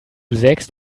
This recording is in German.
sägst